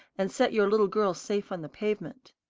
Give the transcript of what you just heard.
and set your little girl safe on the pavement.